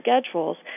schedules